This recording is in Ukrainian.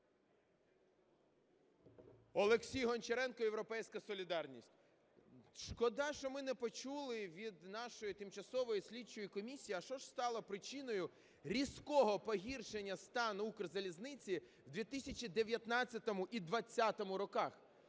Олексій Гончаренко, "Європейська солідарність". Шкода, що ми не почули від нашої тимчасової слідчої комісії, а що ж стало причиною різкого погіршення стану Укрзалізниці у 2019 і 2020 роках